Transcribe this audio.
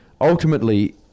ultimately